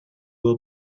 will